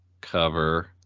cover